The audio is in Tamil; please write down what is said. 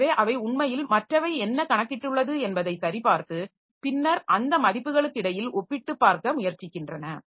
எனவே அவை உண்மையில் மற்றவை என்ன கணக்கிட்டுள்ளது என்பதை சரிபார்த்து பின்னர் அந்த மதிப்புகளுக்கு இடையில் ஒப்பிட்டுப் பார்க்க முயற்சிக்கின்றன